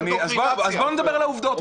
אז בוא נדבר על העובדות.